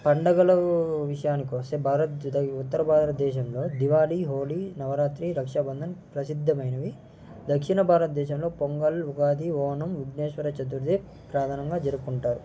పండగల విషయానికొస్తే భారత్ ఉత్తర భారతదేశంలో దివాలి హోలీ నవరాత్రి రక్షాబంధన్ ప్రసిద్ధమైనవి దక్షిణ భారత్దేశంలో పొంగల్ ఉగాది ఓణం విగ్నేేశ్వర చతుర్థి ప్రధానంగా జరుపుకుంటారు